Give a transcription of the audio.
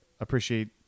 appreciate